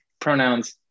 pronouns